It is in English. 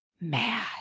mad